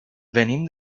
venim